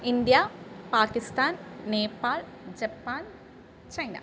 India Pakistan Nepal Japan China